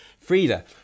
Frida